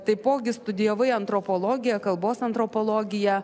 taipogi studijavai antropologiją kalbos antropologiją